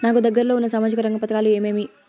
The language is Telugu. నాకు దగ్గర లో ఉన్న సామాజిక రంగ పథకాలు ఏమేమీ?